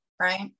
Right